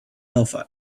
delphi